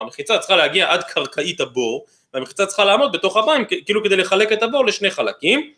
המחיצה צריכה להגיע עד קרקעית הבור, והמחיצה צריכה לעמוד בתוך המים כאילו כדי לחלק את הבור לשני חלקים